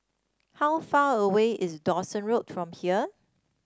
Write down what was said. how far away is Dawson Road from here